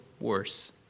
worse